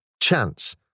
chance